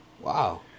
Wow